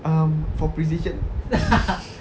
um for precision